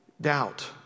doubt